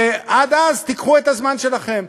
ועד אז תיקחו את הזמן שלכם.